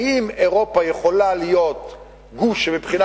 האם אירופה יכולה להיות גוש שמבחינה